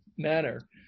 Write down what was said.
manner